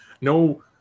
no